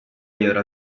dietro